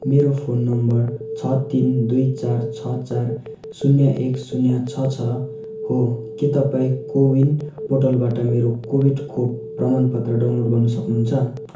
मेरो phone number छ तिन दुई चार छ चार शून्य एक शून्य छ छ हो के तपाईँ को विन पोर्टलबाट मेरो कोभिड खोप प्रमाणपत्र डाउनलोड गर्नु सक्नुहुन्छ